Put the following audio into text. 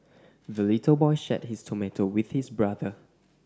the little boy shared his tomato with his brother